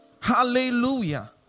Hallelujah